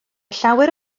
llawer